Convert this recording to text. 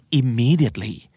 immediately